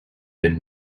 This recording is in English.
been